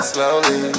Slowly